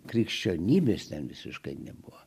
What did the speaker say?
krikščionybės ten visiškai nebuvo